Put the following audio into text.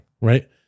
right